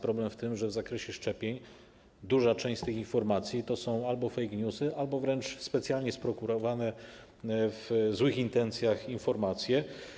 Problem w tym, że w przypadku szczepień duża część z tych informacji to są albo fake newsy, albo wręcz specjalnie sprokurowane w złych intencjach informacje.